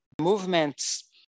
movements